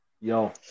Yo